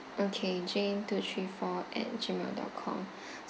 okay jane two three four at Gmail dot com